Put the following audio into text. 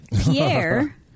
Pierre